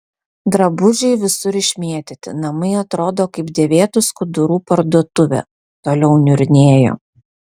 drabužiai visur išmėtyti namai atrodo kaip dėvėtų skudurų parduotuvė toliau niurnėjo